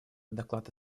доклада